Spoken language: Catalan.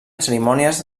cerimònies